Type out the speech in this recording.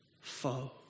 foe